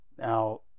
now